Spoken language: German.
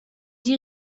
die